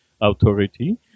authority